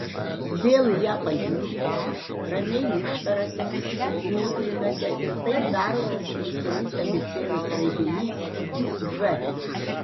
vėl į ją pažiūrite ramiai ištariate nutrinate ir taip darote su visomis abėcėlės raidėmis iki ž